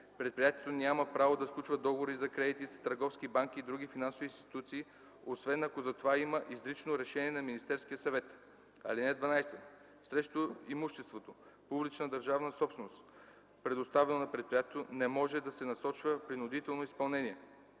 Предприятието няма право да сключва договори за кредити с търговски банки и други финансови институции, освен ако за това има изрично решение на Министерския съвет. (12) Срещу имуществото – публична държавна собственост, предоставено на предприятието, не може да се насочва принудително изпълнение.